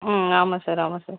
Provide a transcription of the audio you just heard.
ம் ஆமாம் சார் ஆமாம் சார்